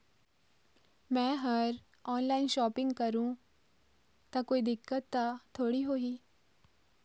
मैं हर online shopping करू ता कोई दिक्कत त थोड़ी होही?